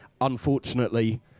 unfortunately